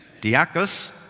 Diakos